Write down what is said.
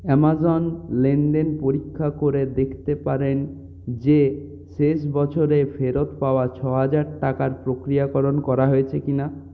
Amazon লেনদেন পরীক্ষা করে দেখতে পারেন যে শেষ বছরে ফেরত পাওয়া ছহাজার টাকার প্রক্রিয়াকরণ করা হয়েছে কি না